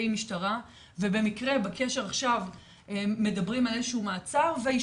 משטרה ובמקרה בקשר עכשיו מדברים על איזה שהוא מעצר והיא